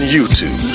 YouTube